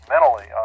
mentally